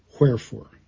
Wherefore